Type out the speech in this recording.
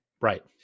Right